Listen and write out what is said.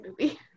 movie